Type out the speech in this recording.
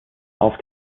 auf